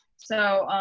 so,